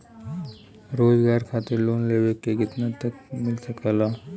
रोजगार खातिर लोन लेवेके बा कितना तक मिल सकेला?